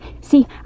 See